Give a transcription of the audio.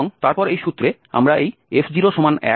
এবং তারপর এই সূত্রে আমরা এই f01 ব্যবহার করতে পারি